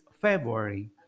February